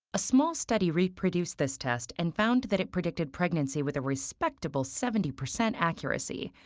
a small study reproduced this test and found that it predicted pregnancy with a respectable seventy percent accuracy,